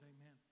amen